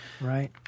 Right